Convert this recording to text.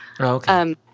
okay